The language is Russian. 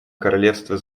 королевства